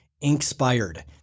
Inspired